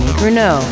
Bruno